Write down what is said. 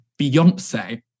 Beyonce